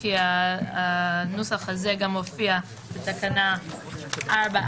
כי הנוסח הזה גם מופיע בתקנה 4(א)(4).